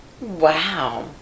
Wow